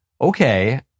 Okay